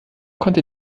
konnte